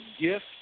gift